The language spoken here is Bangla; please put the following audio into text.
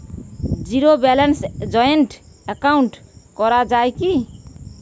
জীরো ব্যালেন্সে জয়েন্ট একাউন্ট করা য়ায় কি?